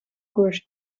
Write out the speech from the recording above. koers